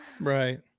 right